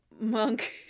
Monk